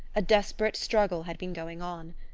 a desperate struggle had been going on.